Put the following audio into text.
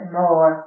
more